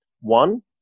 One